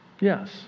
Yes